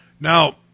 now